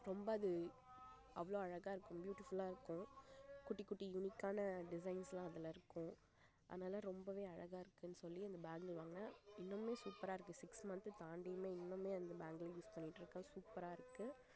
ரொம்ப அது அவ்வளோ அழகாக இருக்கும் பியூட்டிஃபுல்லாக இருக்கும் குட்டி குட்டி யூனிக்கான டிசைன்ஸ்லாம் அதில் இருக்குது அதனால் ரொம்பவே அழகாக இருக்குதுன்னு சொல்லி அந்த பேங்கிள் வாங்கினேன் இன்னமுமே சூப்பராக இருக்குது சிக்ஸ் மன்த் தாண்டியுமே இன்னமுமே வந்து பேங்கிள்ஸ் யூஸ் பண்ணிகிட்ருக்கேன் சூப்பராக இருக்குது